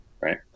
right